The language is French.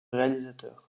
réalisateur